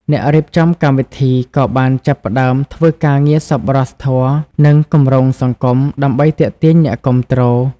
អ្នករៀបចំកម្មវិធីក៏បានចាប់ផ្តើមធ្វើការងារសប្បុរសធម៌និងគម្រោងសង្គមដើម្បីទាក់ទាញអ្នកគាំទ្រ។